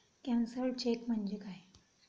Cancelled cheque म्हणजे काय?